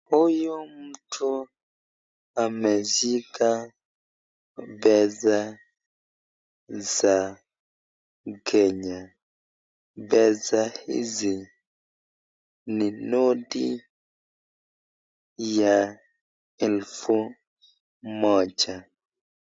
Huyu mtu ameshika pesa za kenya pesa hizi ni noti ya elfu moja.